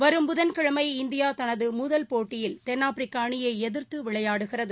வரும் புதன் கிழனம இந்தியா தனது முதல் போட்டியில் தென்னாப்பிரிக்க அளியை எதிர்த்து விளையாடுகிறது